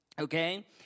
Okay